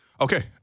okay